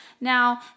Now